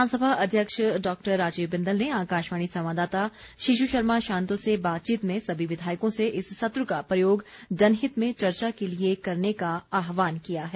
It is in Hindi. विधानसभा अध्यक्ष डॉक्टर राजीव बिंदल ने आकाशवाणी संवाद्दाता शिशु शर्मा शांतल से बातचीत में सभी विधायकों से इस सत्र का प्रयोग जनहित में चर्चा के लिए करने का आहवान किया है